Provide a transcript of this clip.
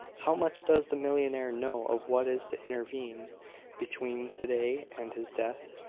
how much does the millionaire know of what is to intervene between to-day and his death?